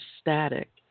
static